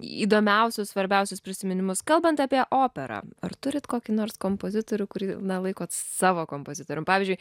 įdomiausius svarbiausius prisiminimus kalbant apie operą ar turit kokį nors kompozitorių kurį laikot savo kompozitorium pavyzdžiui